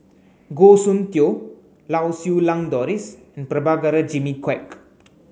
Goh Soon Tioe Lau Siew Lang Doris and Prabhakara Jimmy Quek